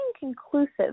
inconclusive